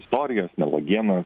istorijas melagienas